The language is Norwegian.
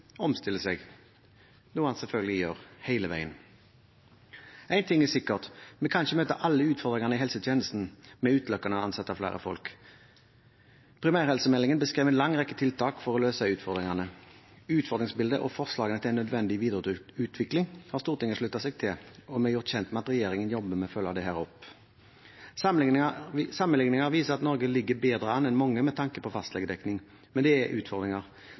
omstiller seg, noe den selvfølgelig gjør hele veien. Én ting er sikkert, vi kan ikke møte alle utfordringene i helsetjenesten med utelukkende å ansette flere folk. Primærhelsemeldingen beskrev en lang rekke tiltak for å løse utfordringene. Utfordringsbildet og forslagene til en nødvendig videreutvikling har Stortinget sluttet seg til, og vi er gjort kjent med at regjeringen jobber med å følge opp dette. Sammenligninger viser at Norge ligger bedre an enn mange med tanke på fastlegedekning, Men det er